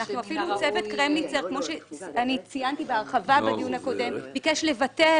אפילו צוות קרמניצר כמו שאני ציינתי בהרחבה בדיון הקודם ביקש לבטל